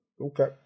Okay